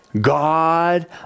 God